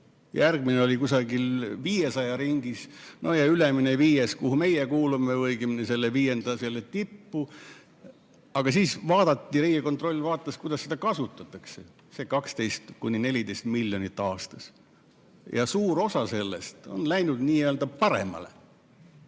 järgmine oli 500 ringis ja ülemine, viies, kuhu meie kuulume, õigemini selle viienda tippu. Aga siis vaadati, Riigikontroll vaatas, kuidas seda kasutatakse, seda 12–14 miljonit aastas. Ja suur osa sellest on läinud n‑ö paremale